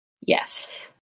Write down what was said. yes